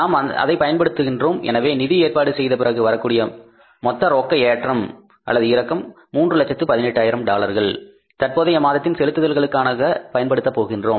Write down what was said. நாம் அதை பயன்படுத்துகின்றோம் எனவே நிதி ஏற்பாடு செய்த பிறகு வரக்கூடிய அந்த மொத்த ரொக்க ஏற்றம் இரக்கமான 318000 டாலர்களை தற்போதைய மாதத்தின் செலுத்துதல்களுக்காக பயன்படுத்த போகின்றோம்